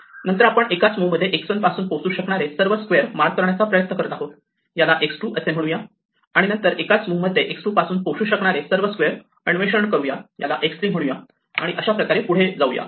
नंतर आपण एकाच मुव्ह मध्ये x1 पासून पोहोचू शकणारे सर्व स्क्वेअर मार्क करण्याचा प्रयत्न करत आहोत याला x2 असे म्हणूया आणि नंतर एकाच मुव्ह मध्ये x2 पासून पोहोचू शकणारे सर्व स्क्वेअर अन्वेषण करूया याला x3 म्हणूया आणि अशा प्रकारे पुढे जाऊया